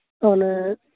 ᱚᱱᱮ